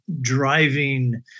driving